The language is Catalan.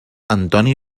antoni